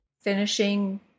finishing